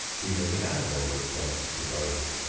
even the animal responds to both.